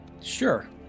sure